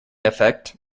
effect